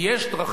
יש דרכים,